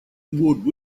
would